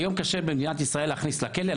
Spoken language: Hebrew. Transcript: היום קשה במדינת ישראל להכניס לכלא,